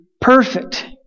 perfect